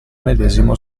medesimo